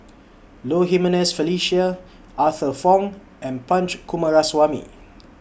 Low Jimenez Felicia Arthur Fong and Punch Coomaraswamy